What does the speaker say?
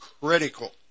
critical